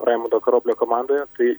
raimundo karoblio komandoje tai